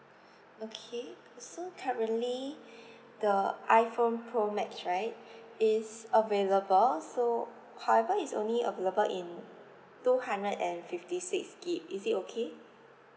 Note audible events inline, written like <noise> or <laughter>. <breath> okay so currently <breath> the iphone pro max right <breath> is available so however is only available in two hundred and fifty sixty gig is it okay